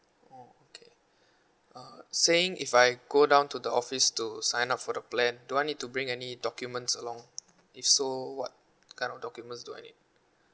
oh okay uh saying if I go down to the office to sign up for the plan do I need to bring any documents along if so what kind of documents do I need